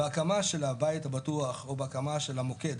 בהקמה של הבית הבטוח או בהקמה של המוקד